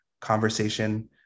conversation